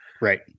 right